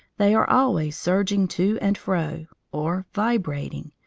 they are always surging to and fro, or vibrating,